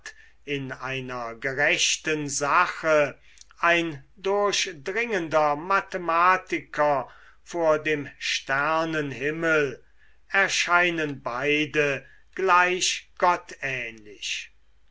in einer gerechten sache ein durchdringender mathematiker vor dem sternenhimmel erscheinen beide gleich